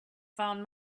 found